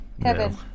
Kevin